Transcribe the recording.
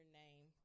name